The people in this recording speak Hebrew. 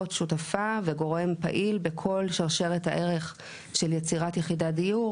שותפה וגורם פעיל בכל שרשרת הערך של יצירת יחידת דיור.